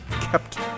Kept